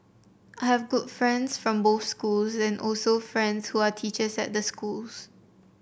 I have good friends from both schools and also friends who are teachers at the schools